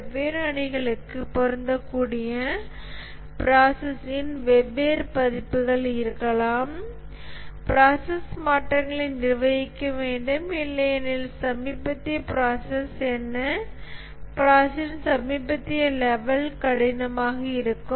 வெவ்வேறு அணிகளுக்கு பொருந்தக்கூடிய ப்ராசஸ்ஸின் வெவ்வேறு பதிப்புகள் இருக்கலாம் ப்ராசஸ் மாற்றங்களை நிர்வகிக்க வேண்டும் இல்லையெனில் சமீபத்திய ப்ராசஸ் என்ன ப்ராசஸ்ஸின் சமீபத்திய லெவல் கடினமாக இருக்கும்